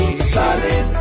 Solid